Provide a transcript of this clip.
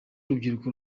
rubyiruko